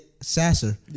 Sasser